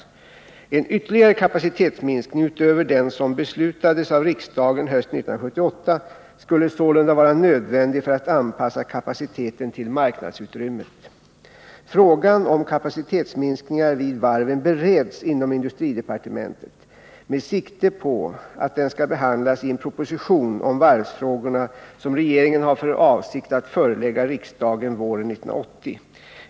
En ytterligare kapacitetsminskning utöver den som beslutades av riksdagen hösten 1978 skulle sålunda vara nödvändig för att anpassa kapaciteten till marknadsutrymmet. Frågan om kapacitetsminskningar vid varven bereds inom industridepartementet med sikte på att den skall behandlas i en proposition om varvsfrågorna, som regeringen har för avsikt att förelägga riksdagen våren 1980.